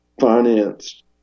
financed